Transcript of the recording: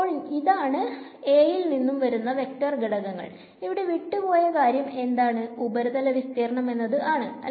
അപ്പോൾ ഇതാണ് A യിൽ നിന്നും വരുന്ന വെക്ടർ ഘടകങ്ങൾ ഇവിടെ വിട്ടുപോയ കാര്യം എന്താണ് ഉപരിതല വിസ്തീരണം എന്നത് ആണ്